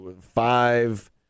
five